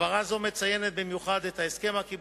הבהרה זו מציינת במיוחד את ההסכם הקיבוצי,